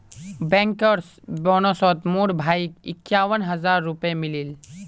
bankers बोनसोत मोर भाईक इक्यावन हज़ार रुपया मिलील